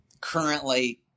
currently